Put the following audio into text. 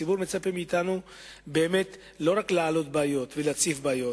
הציבור מצפה מאתנו לא רק להעלות ולהציף בעיות.